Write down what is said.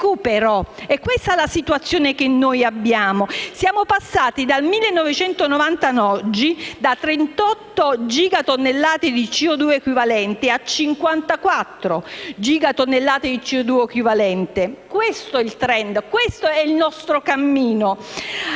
È questa la situazione in cui ci troviamo. Siamo passati dal 1990 ad oggi da 38 gigatonnellate di CO2 equivalente a 54 gigatonnellate di CO2 equivalente. Questo è il *trend*, questo è il nostro cammino.